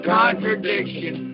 contradiction